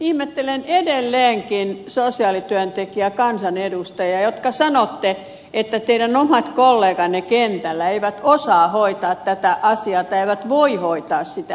ihmettelen edelleenkin sosiaalityöntekijäkansanedustajia jotka sanotte että teidän omat kolleganne kentällä eivät osaa hoitaa tätä asiaa tai eivät voi hoitaa sitä